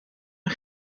een